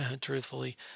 truthfully